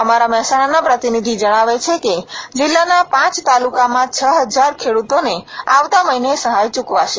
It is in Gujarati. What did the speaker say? અમારા મહેસાણાના પ્રતિનિધિ જણાવે છે કે જીલ્લાના પાંચ તાલુકામાં છ હજાર ખેડૂતોને આવતા મહીને સહાય ચુકવાશે